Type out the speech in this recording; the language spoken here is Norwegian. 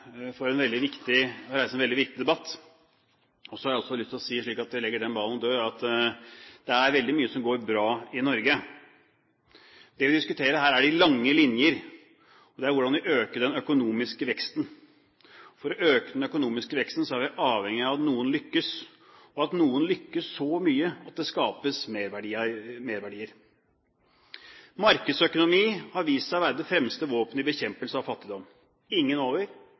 reise en veldig viktig debatt. Så har jeg også lyst til å si – slik at jeg legger den ballen død – at det er veldig mye som går bra i Norge. Det vi diskuterer her, er de lange linjer, hvordan vi øker den økonomiske veksten. For å øke den økonomiske veksten er vi avhengig av at noen lykkes, og at noen lykkes så mye at det skapes merverdier. Markedsøkonomi har vist seg å være det fremste våpenet i bekjempelse av fattigdom – ingen over,